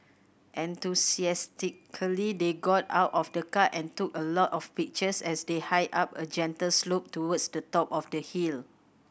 enthusiastically they got out of the car and took a lot of pictures as they hiked up a gentle slope towards the top of the hill